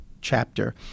chapter